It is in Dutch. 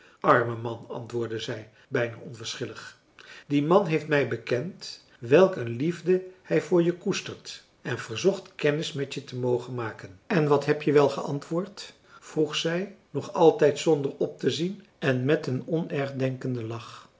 arme man antwoordde zij bijna onverschillig die man heeft mij bekend welk een liefde hij voor je koestert en verzocht kennis met je te mogen maken en wat heb je wel geantwoord vroeg zij nog altijd zonder optezien en met een onergdenkenden lach